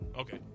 Okay